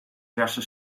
verse